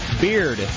Beard